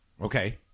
Okay